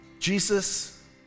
Jesus